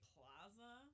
Plaza